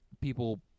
people